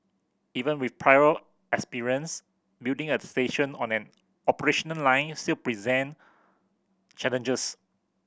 even with prior experience building a station on an operational line still present challenges